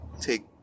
take